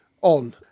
on